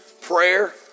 prayer